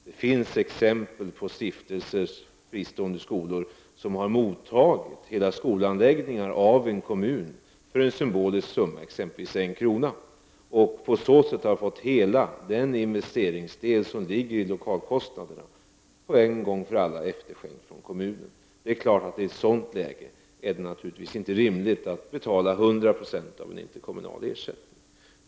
Det finns exempel på fristående skolor som har mottagit hela skolanläggningar av en kommun för en symbolisk summa, exempelvis 1 kr., och på så sätt fått hela den investeringsdel som ligger i lokalkostnaderna efterskänkt av kommunen en gång för alla. I ett sådant läge är det naturligtvis inte rimligt att betala 100 90 av en interkommunal ersättning.